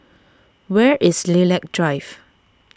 where is Lilac Drive